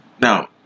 now